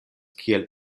kiel